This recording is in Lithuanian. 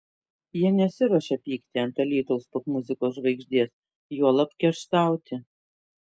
jie nesiruošia pykti ant alytaus popmuzikos žvaigždės juolab kerštauti